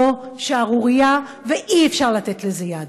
זו שערורייה, ואי-אפשר לתת לזה יד.